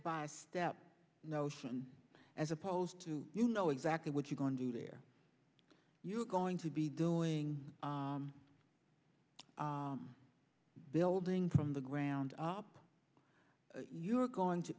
by step notion as opposed to you know exactly what you're going to do there you're going to be doing building from the ground up you're going to